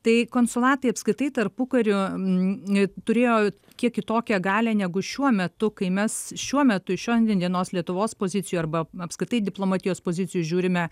tai konsulatai apskritai tarpukariu turėjo kiek kitokią galią negu šiuo metu kai mes šiuo metu iš šiandienos lietuvos pozicijų arba apskritai diplomatijos pozicijų žiūrime